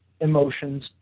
emotions